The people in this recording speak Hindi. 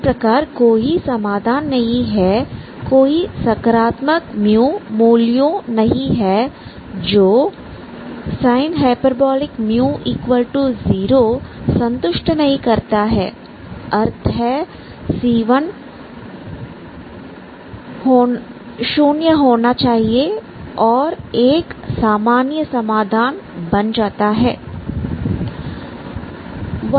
इस प्रकार कोई समाधान नहीं है कोई सकारात्मक मूल्यों नहीं है जो sinh 0 संतुष्ट नहीं करता है अर्थ है c1 होना शून्य चाहिए औरएक सामान्य समाधान बन जाता है